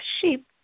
sheep